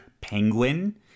penguin